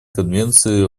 конвенции